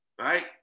Right